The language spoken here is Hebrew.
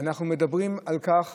ואנחנו מדברים על כך